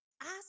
ask